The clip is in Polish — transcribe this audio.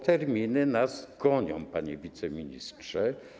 Terminy nas gonią, panie wiceministrze.